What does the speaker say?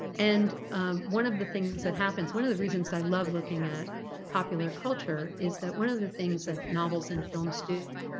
and ah one of the things that happens one of the reasons i love looking at popular culture is that one of the things that novels and films do